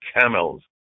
camels